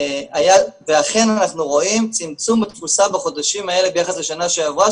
ואכן אנחנו רואים צמצום תפוסה בחודשים האלה ביחס לשנה שעברה,